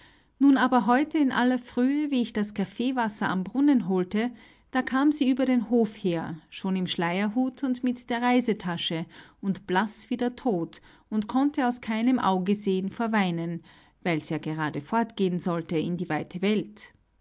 nun aber heute in aller frühe wie ich das kaffeewasser am brunnen holte da kam sie über den hof her schon im schleierhut und mit der reisetasche und blaß wie der tod und konnte aus keinem auge sehen vor weinen weil's ja gerade fortgehen sollte in die weite welt